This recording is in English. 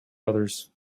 others